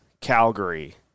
Calgary